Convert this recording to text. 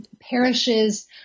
parishes